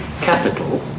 capital